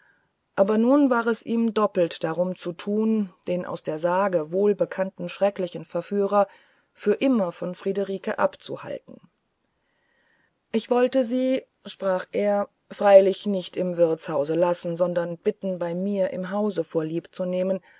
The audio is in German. aber nun war es ihm doppelt darum zu tun den aus der sage wohlbekannten schrecklichen verführer für immer von friederike abzuhalten ich sollte sie sprach er freilich nicht im wirtshause lassen sondern bitten bei mir im hause vorlieb zu nehmen